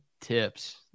tips